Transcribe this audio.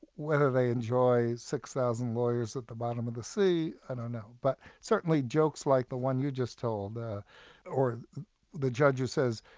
whether they enjoy six thousand lawyers at the bottom of the sea, i don't know, but certainly jokes like the one you just told, or the judge who says,